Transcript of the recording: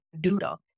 doodle